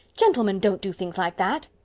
gentlemen don't do things like that.